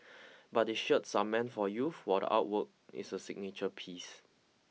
but the shirts are meant for youth while the artwork is a signature piece